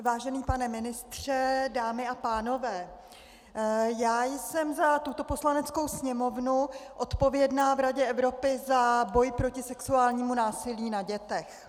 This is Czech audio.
Vážený pane ministře, dámy a pánové, já jsem za tuto Poslaneckou sněmovnu odpovědná v Radě Evropy za boj proti sexuálnímu násilí na dětech.